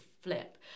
flip